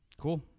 cool